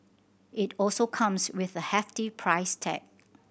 it also comes with a hefty price tag